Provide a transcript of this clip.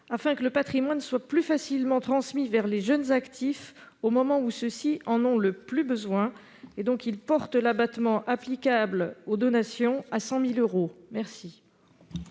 afin que le patrimoine soit plus facilement transmis aux jeunes actifs au moment où ceux-ci en ont le plus besoin. Il tend à porter l'abattement applicable aux donations à 100 000 euros. La